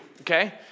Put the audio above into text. Okay